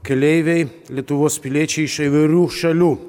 keleiviai lietuvos piliečiai iš įvairių šalių